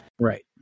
Right